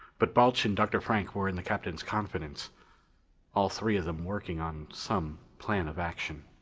but balch and dr. frank were in the captain's confidence all three of them working on some plan of action.